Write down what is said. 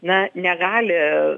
na negali